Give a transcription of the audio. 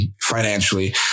financially